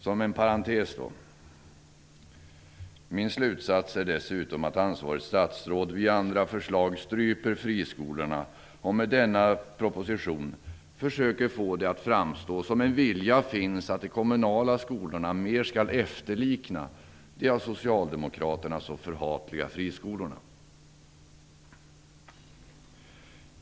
Inom parentes vill jag dessutom säga att min slutsats är att ansvarigt statsråd via andra förslag stryper friskolorna och med denna proposition försöker få det att framstå som att det finns en vilja att få de kommunala skolorna att mera likna de för socialdemokraterna så förhatliga friskolorna.